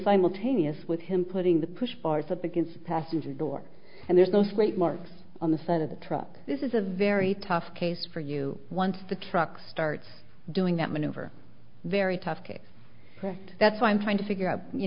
simultaneous with him putting the push bars up against passenger door and there's no straight marks on the side of the truck this is a very tough case for you once the truck starts doing that maneuver very tough case that's why i'm trying to figure out you